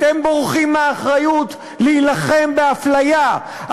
אתם בורחים מהאחריות להילחם בהפליה,